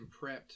prepped